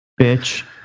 bitch